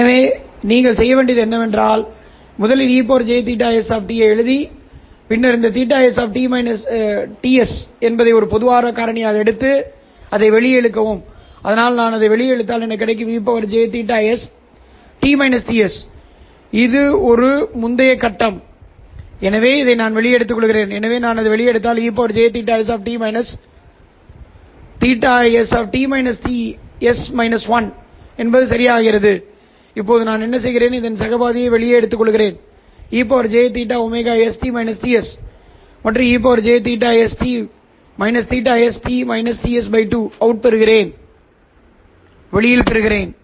எனவே நீங்கள் செய்ய வேண்டியது என்னவென்றால் முதலில் ejθst ஐ எழுதி பின்னர் இந்த θs ஐ ஒரு பொதுவான காரணியாக எடுத்து அதை வெளியே இழுக்கவும் அதனால் நான் அதை வெளியே இழுத்தால் எனக்கு கிடைக்கும் e jθs இது முந்தைய ஒரு கட்டம் எனவே நான் அதை வெளியே எடுத்துக்கொள்கிறேன் எனவே நீங்கள் அதை வெளியே எடுத்தால் எனக்கு ej θs θs சரியானது இப்போது நான் என்ன செய்கிறேன் இந்த சக பாதியை நான் வெளியே எடுத்துக்கொள்கிறேன் நான் ej s மற்றும் ej θst θs2 அவுட் பெறுகிறேன்